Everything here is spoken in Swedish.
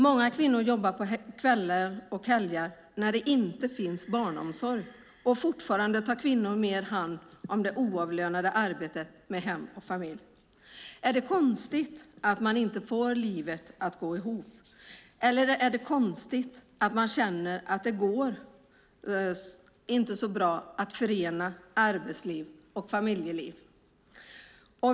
Många kvinnor jobbar på kvällar och helger när det inte finns barnomsorg, och fortfarande tar kvinnor mer hand om det oavlönade arbetet med hem och familj. Är det konstigt att man inte får livet att gå ihop? Är det konstigt att man känner att det inte går så bra att förena arbetsliv och familjeliv?